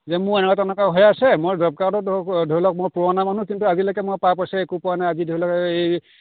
যে মোৰ এনেকুৱা তেনেকুৱা হৈ আছে মোৰ জবকাৰ্ডৰ ধৰক ধৰি লওক মই পুৰণা মানুহ কিন্তু আজিলৈকে মই পা পইচা একো পোৱা নাই আজি ধৰি লওক এই